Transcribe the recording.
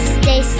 stay